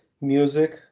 Music